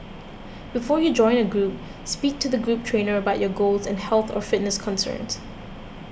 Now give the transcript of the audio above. before you join a group speak to the group trainer about your goals and health or fitness concerns